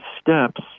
Steps